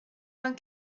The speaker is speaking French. vingt